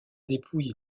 dépouille